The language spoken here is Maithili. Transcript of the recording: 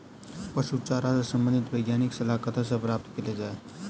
पशु चारा सऽ संबंधित वैज्ञानिक सलाह कतह सऽ प्राप्त कैल जाय?